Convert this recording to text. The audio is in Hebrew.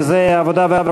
שהן העבודה,